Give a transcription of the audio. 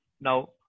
now